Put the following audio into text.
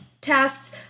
tasks